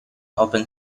open